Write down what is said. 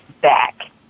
back